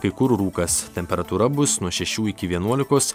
kai kur rūkas temperatūra bus nuo šešių iki vienuolikos